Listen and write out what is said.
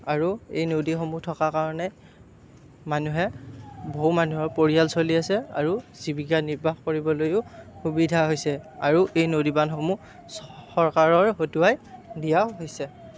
আৰু এই নদীসমূহ থকাৰ কাৰণে মানুহে বহু মানুহৰ পৰিয়াল চলি আছে আৰু জীৱিকা নিৰ্বাহ কৰিবলৈও সুবিধা হৈছে আৰু এই নদীবান্ধসমূহ চৰকাৰৰ হতুৱাই দিয়া হৈছে